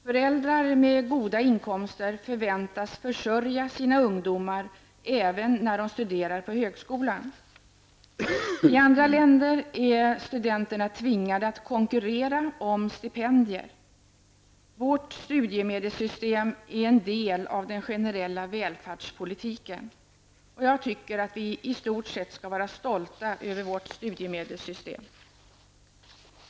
Föräldrar med goda inkomster förväntas försörja sina ungdomar även när dessa studerar på högskolan. I andra länder är studenterna tvingade att konkurrera om stipendier. Vårt studiemedelssystem är en del av den generella välfärdspolitiken. Jag tycker att vi i stort sett skall vara stolta över vårt studiemedelssystem.